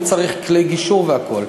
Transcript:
אם צריך כלי גישור והכול.